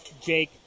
Jake